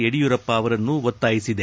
ಯಡಿಯೂರಪ್ಪ ಅವರನ್ನು ಒತ್ತಾಯಿಸಿದೆ